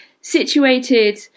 situated